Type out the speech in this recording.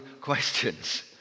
questions